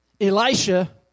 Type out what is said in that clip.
Elisha